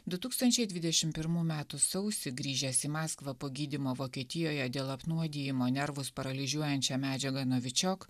du tūkstančiai dvidešim pirmų metų sausį grįžęs į maskvą po gydymo vokietijoje dėl apnuodijimo nervus paralyžiuojančia medžiaga novičiok